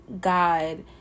God